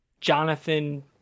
Jonathan